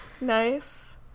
nice